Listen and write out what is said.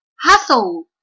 Hustle